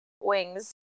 wings